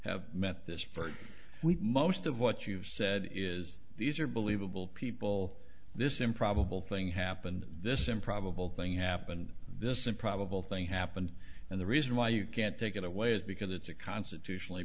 have met this very week most of what you said is these are believable people this improbable thing happened this improbable thing happened this improbable thing happened and the reason why you can't take it away is because it's a constitutionally